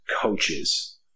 coaches